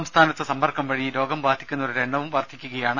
സംസ്ഥാനത്ത് സമ്പർക്കംവഴി രോഗം ബാധിക്കുന്നവരുടെ എണ്ണവും വർധിക്കുകയാണ്